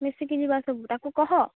ମିଶିକି ଯିବା ସବୁ ତାକୁ କହ